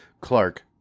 Clark